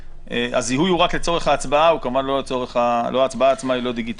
הזיהוי הוא רק לצורך ההצבעה וההצבעה עצמה אינה דיגיטלית.